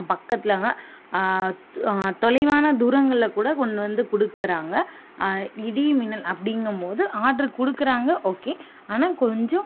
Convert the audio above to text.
பக்கத்தில் தொலைவான தூரங்களில் கூட கொண்டு வந்து கொடுக்குறாங்க இடி மின்னல் அப்படிங்கம்போது ஆட்ரு கொடுக்குறாங்க ஓகே ஆனால் கொஞ்சம்